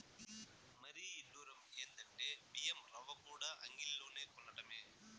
మరీ ఇడ్డురం ఎందంటే బియ్యం రవ్వకూడా అంగిల్లోనే కొనటమే